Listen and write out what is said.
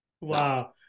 Wow